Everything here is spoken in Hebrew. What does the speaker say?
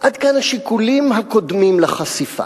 עד כאן השיקולים הקודמים לחשיפה.